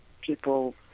people